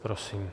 Prosím.